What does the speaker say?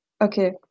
Okay